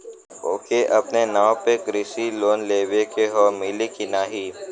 ओके अपने नाव पे कृषि लोन लेवे के हव मिली की ना ही?